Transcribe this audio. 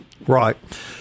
Right